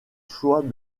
choix